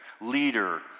leader